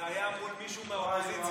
זה היה מול מישהו מהאופוזיציה.